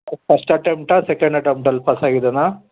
ಇದು ಫಸ್ಟ್ ಅಟೆಂಪ್ಟಾ ಸೆಕೆಂಡ್ ಅಟೆಂಪ್ಟಲ್ಲಿ ಪಾಸಾಗಿದ್ದಾನಾ